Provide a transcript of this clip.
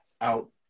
out